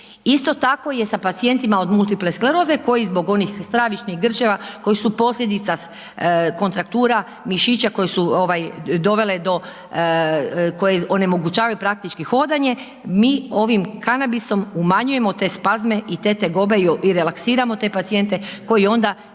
Isto tako je sa pacijentima od multiple skleroze koji zbog onih stravičnih grčeva koji su posljedica kontraktura mišića koje su dovele do, koje onemogućavaju praktički hodanje, mi ovim kanabisom umanjujemo te spazme i te tegobe i relaksiramo te pacijente koji onda